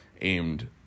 aimed